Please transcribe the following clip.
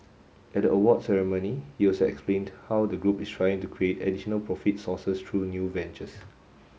at the awards ceremony he also explained how the group is trying to create additional profits sources through new ventures